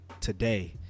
today